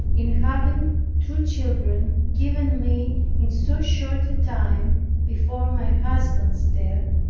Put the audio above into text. in having two children given me in so short a time before my husband's death,